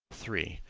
three.